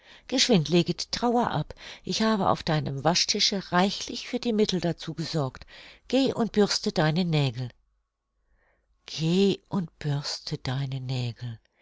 geschwind lege die trauer ab ich habe auf deinem waschtische reichlich für die mittel dazu gesorgt geh und bürste deine nägel geh und bürste deine nägel